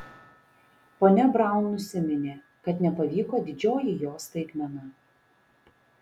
ponia braun nusiminė kad nepavyko didžioji jos staigmena